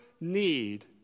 need